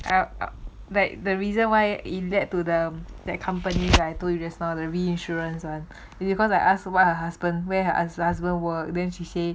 like the reason why it led to the that company I told you just now the reinsurance [one] is because I ask what her husband where her husband work then she say